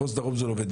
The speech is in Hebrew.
מחוז דרום זה לא עובד,